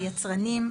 יצרנים,